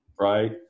right